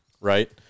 right